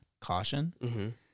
caution